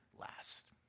last